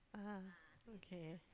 (uh huh) okay